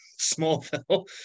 smallville